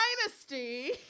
dynasty